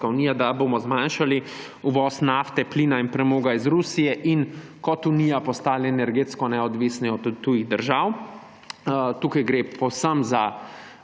da bomo zmanjšali uvoz nafte, plina in premoga iz Rusije in kot Unija postali energetsko neodvisni od tujih držav. Tu gre za povsem